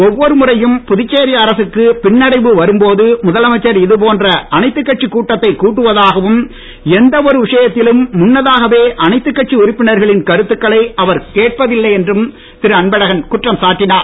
ஒவ்வொரு முறையும் புதுச்சேரி அரசுக்கு பின்னடைவு வரும் போது முதலமைச்சர் இதுபோன்று அனைத்துக் கட்சிக் கூட்டத்தைக் கூட்டுவதாகவும் எந்த ஒரு விஷயத்திலும் முன்னதாகவே அவர் அனைத்துக் கட்சி உறுப்பினர்களின் கருத்துக்களை அவர் கேட்பதில்லை என்றும் திரு அன்பழகன் குற்றம் சாட்டினார்